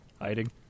Hiding